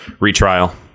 retrial